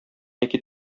яки